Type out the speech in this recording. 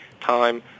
time